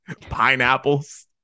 Pineapples